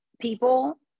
people